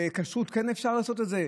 בכשרות כן אפשר לעשות את זה?